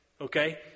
Okay